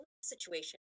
situation